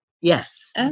Yes